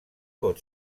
pot